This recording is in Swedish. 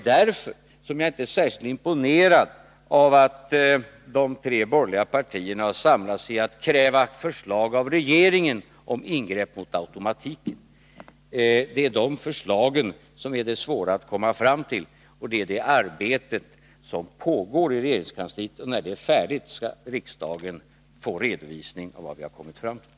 Därför är jag inte särskilt imponerad av att de tre borgerliga partierna har samlats kring att kräva förslag av regeringen om ingrepp mot automatiken. De förslagen är svåra att utforma, och det är det arbetet som pågår i regeringskansliet. När det är färdigt skall riksdagen få redovisning för vad vi har kommit fram till.